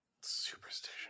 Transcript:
Superstition